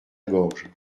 gorge